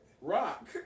Rock